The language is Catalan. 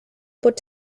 pot